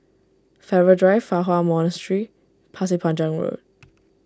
Farrer Drive Fa Hua Monastery Pasir Panjang Road